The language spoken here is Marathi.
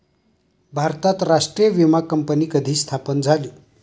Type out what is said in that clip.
भारतात राष्ट्रीय विमा कंपनी कधी स्थापन झाली?